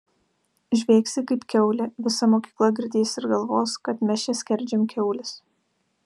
žviegsi kaip kiaulė visa mokykla girdės ir galvos kad mes čia skerdžiam kiaules